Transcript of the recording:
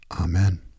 Amen